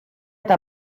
eta